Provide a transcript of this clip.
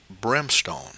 brimstone